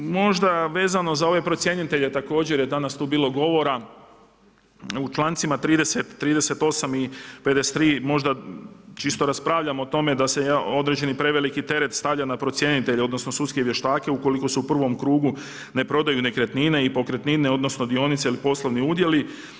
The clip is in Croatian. Možda vezano za ove procjenitelje, također je tu danas bilo govora, u člancima 30., 38. i 53.,možda čisto raspravljamo o tome da se određeni preveliki teret stavljana procjenitelje odnosno sudske vještake ukoliko se u prvom krugu ne prodaju nekretnine i pokretnine odnosno dionice ili poslovni udjeli.